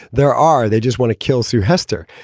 there are they just want to kill sue hester.